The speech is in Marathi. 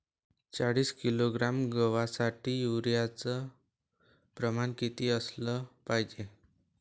चाळीस किलोग्रॅम गवासाठी यूरिया च प्रमान किती असलं पायजे?